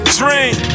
dream